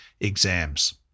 exams